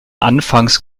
anfangs